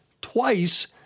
twice